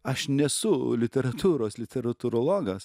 aš nesu literatūros literatūrologas